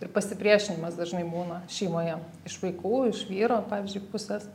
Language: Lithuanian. ir pasipriešinimas dažnai būna šeimoje iš vaikų iš vyro pavyzdžiui pusės